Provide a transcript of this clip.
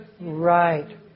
right